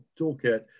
toolkit